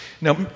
Now